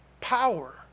power